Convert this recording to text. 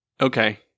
Okay